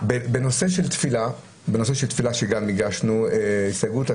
בנושא של תפילה שגם הגשנו את ההסתייגות,